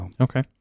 Okay